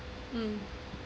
mm